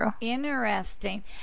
Interesting